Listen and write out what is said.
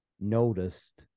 noticed